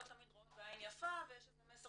לא תמיד רואות בעין יפה ויש איזה מסר